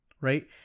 right